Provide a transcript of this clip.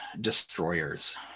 destroyers